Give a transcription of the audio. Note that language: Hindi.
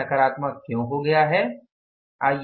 यह नकारात्मक क्यों हो गया है